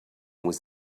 was